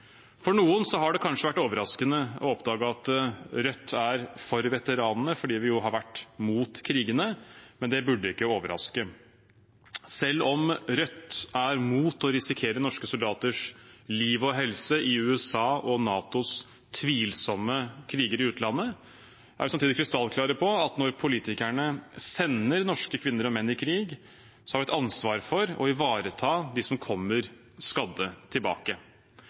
For noen har det kanskje vært overraskende å oppdage at Rødt er for veteranene, fordi vi jo har vært mot krigene, men det burde ikke overraske. Selv om Rødt er mot å risikere norske soldaters liv og helse i USAs og NATOs tvilsomme kriger i utlandet, er vi samtidig krystallklare på at når politikerne sender norske kvinner og menn i krig, har vi et ansvar for å ivareta dem som kommer skadde tilbake.